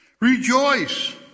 Rejoice